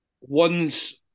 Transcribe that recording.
One's